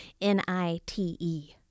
N-I-T-E